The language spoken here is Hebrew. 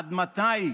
עד מתי